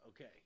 Okay